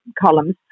columns